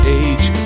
age